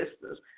business